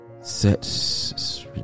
Sets